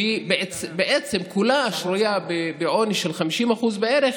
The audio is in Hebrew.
שבעצם כולה שרויה בעוני של 50% בערך,